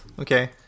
Okay